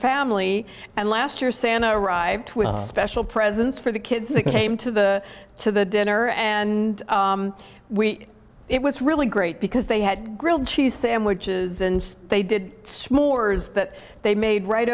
family and last year santa arrived with special presents for the kids they came to the to the dinner and we it was really great because they had grilled cheese sandwiches and they did smores that they made right